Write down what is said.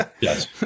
Yes